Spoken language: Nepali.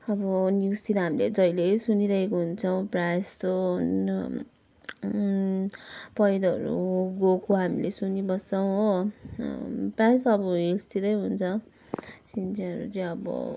अब न्युजतिर हामीले जहिल्यै सुनिरहेको हुन्छौँ प्रायः जस्तो पैह्रोहरू गएको हामीले सुनिबस्छौँ हो प्रायःजसो अब हिल्सतिरै हुन्छ सिँचाइहरू चाहिँ अब